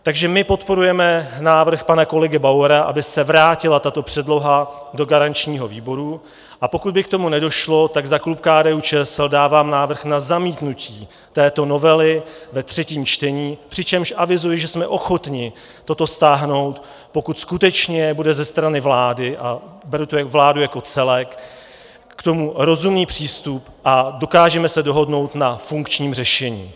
Takže my podporujeme návrh pana kolegy Bauera, aby se vrátila tato předloha do garančního výboru, a pokud by k tomu nedošlo, tak za klub KDUČSL dávám návrh na zamítnutí této novely ve třetím čtení, přičemž avizuji, že jsme ochotni toto stáhnout, pokud skutečně bude ze strany vlády, a beru vládu jako celek, k tomu rozumný přístup a dokážeme se dohodnout na funkčním řešení.